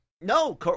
No